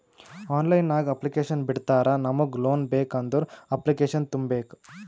online ನಾಗ್ application ಬಿಡ್ತಾರಾ ನಮುಗ್ ಲೋನ್ ಬೇಕ್ ಅಂದುರ್ ಅಪ್ಲಿಕೇಶನ್ ತುಂಬೇಕ್